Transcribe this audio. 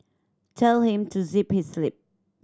tell him to zip his lip